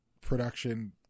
production